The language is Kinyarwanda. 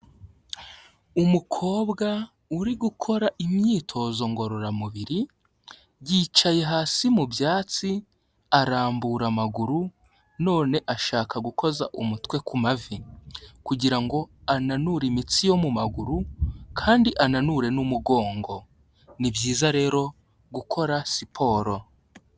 Umukobwa uri gukora imyitozo ngororamubiri, yicaye hasi mu byatsi, arambura amaguru, none ashaka gukoza umutwe ku mavi kugira ngo ananure imitsi yo mu maguru kandi ananure n'umugongo, ni byiza rero gukora siporo.